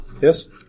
Yes